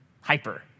hyper